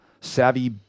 savvy